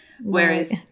whereas